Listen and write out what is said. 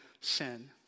sin